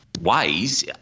ways